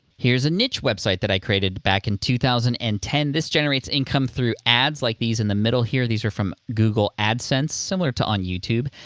here's a niche website that i created back in two thousand and ten. this generates income through ads like these in the middle here. these are from google adsense, similar to on youtube.